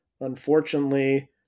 Unfortunately